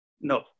no